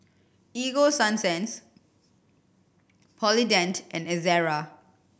Ego Sunsense Polident and Ezerra